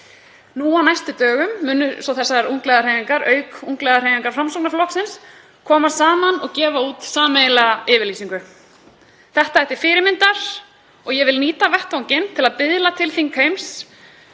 Á næstu dögum munu þessar ungliðahreyfingar, auk ungliðahreyfingar Framsóknarflokksins, koma saman og gefa út sameiginlega yfirlýsingu. Þetta er til fyrirmyndar og vil ég nýta vettvanginn til að biðla til þingheims